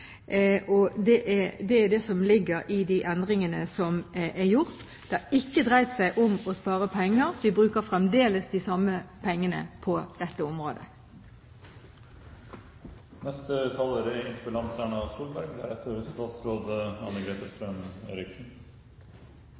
Det er det som ligger i de endringene som er gjort. Det har ikke dreid seg om å spare penger. Vi bruker fremdeles de samme pengene på dette området. Jeg er